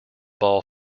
ball